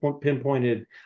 pinpointed